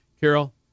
Carol